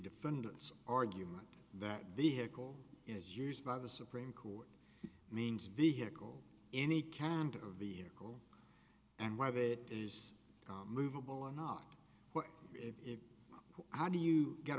defendant's argument that vehicle is used by the supreme court means vehicle any kind of vehicle and whether it is movable or not but if how do you get